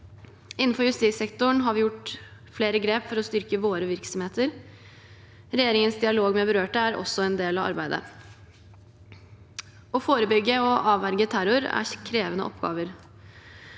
Innenfor justissektoren har vi tatt flere grep for å styrke våre virksomheter. Regjeringens dialog med berørte er også en del av arbeidet. Å forebygge og avverge terror er krevende oppgaver.